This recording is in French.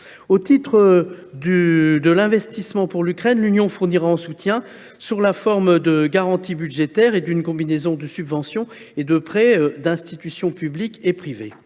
Au titre de l’investissement pour l’Ukraine, l’Union européenne fournira un soutien sous la forme de garanties budgétaires et d’une combinaison de subventions et de prêts d’institutions publiques et privées.